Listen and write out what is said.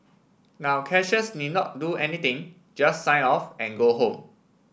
now cashiers need not do anything just sign off and go home